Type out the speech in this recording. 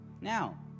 Now